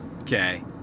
Okay